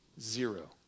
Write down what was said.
Zero